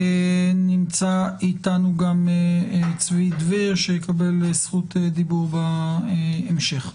נמצא אתנו גם צבי דביר שיקבל זכות דיבור בהמשך.